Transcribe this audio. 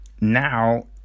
Now